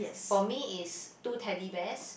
for me is two Teddy Bears